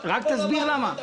רק תסביר למה.